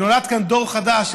נולד כאן דור חדש,